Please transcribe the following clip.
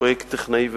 פרויקט טכנאי ובגרות,